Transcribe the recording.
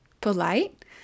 polite